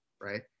right